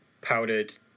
powdered